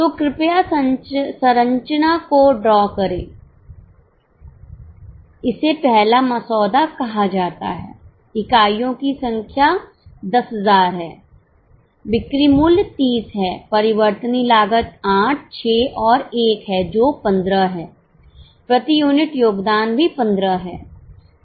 तो कृपया संरचना को ड्रा करें इसे पहला मसौदा कहा जाता है इकाइयों का संख्या 10000 है बिक्री मूल्य 30 है परिवर्तनीय लागत 8 6 और 1 है जो 15 है प्रति यूनिट योगदान भी 15 है